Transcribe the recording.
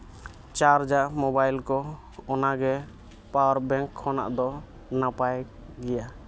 ᱪᱟᱨᱡᱽᱼᱟ mobile ᱠᱚ ᱚᱱᱟᱜᱮ power bank ᱠᱷᱚᱱᱟᱜ ᱫᱚ ᱱᱟᱯᱟᱭ ᱜᱮᱭᱟ